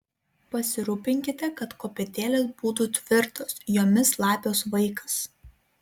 pasirūpinkite kad kopėtėlės būtų tvirtos jomis laipios vaikas